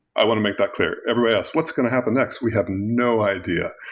i want to make that clear. everybody asks, what's going to happen next? we have no idea.